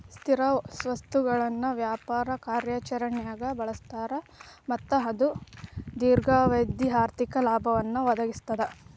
ಸ್ಥಿರ ಸ್ವತ್ತುಗಳನ್ನ ವ್ಯಾಪಾರ ಕಾರ್ಯಾಚರಣ್ಯಾಗ್ ಬಳಸ್ತಾರ ಮತ್ತ ಅದು ದೇರ್ಘಾವಧಿ ಆರ್ಥಿಕ ಲಾಭವನ್ನ ಒದಗಿಸ್ತದ